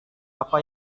apa